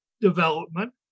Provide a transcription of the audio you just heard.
development